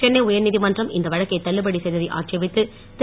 சென்னை உயர்நீதிமன்றம் இந்த வழக்கை தள்ளுபடி செய்த்தை ஆட்சேபித்து திரு